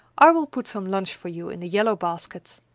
i will put some lunch for you in the yellow basket,